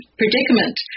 predicament